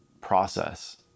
process